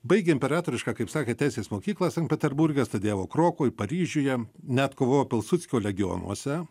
baigė imperatoriškąją kaip sakėt teisės mokyklą sankt peterburge studijavo krokuvoj paryžiuje net kovojo pilsudskio legionuose